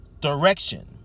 direction